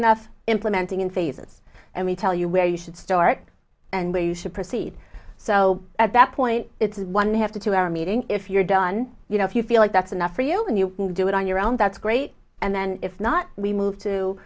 enough implementing in phases and we tell you where you should start and where you should proceed so at that point it's one have to to our meeting if you're done you know if you feel like that's enough for you and you can do it on your own that's great and then if not we move to